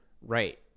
right